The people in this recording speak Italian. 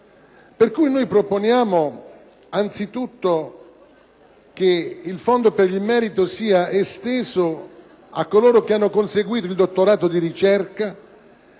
realta. Proponiamo anzitutto che il Fondo per il merito sia esteso a coloro che hanno conseguito il dottorato di ricerca